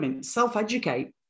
self-educate